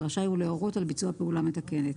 ורשאי הוא להורות על ביצוע פעולה מתקנת.